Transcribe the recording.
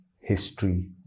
history